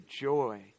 joy